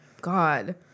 god